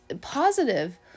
positive